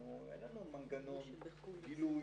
אין לנו מנגנון גילוי.